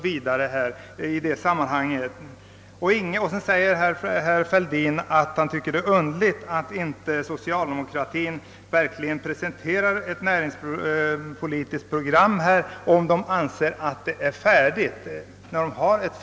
Vidare säger herr Fälldin att han tycker att det är underligt att socialdemokratin inte verkligen presenterar ett näringspolitiskt program, om man nu anser sig ha ett helt färdigt sådant.